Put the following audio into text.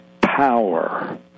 power